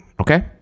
Okay